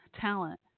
talent